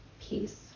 peace